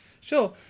Sure